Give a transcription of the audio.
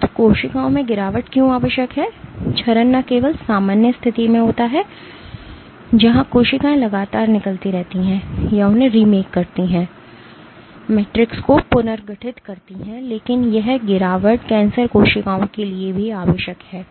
तो कोशिकाओं में गिरावट क्यों आवश्यक है क्षरण न केवल सामान्य स्थिति में होता है जहाँ कोशिकाएँ लगातार निकलती हैं या उन्हें रीमेक करती हैं मैट्रिक्स को पुनर्गठित करती हैं लेकिन यह गिरावट कैंसर कोशिकाओं के लिए आवश्यक है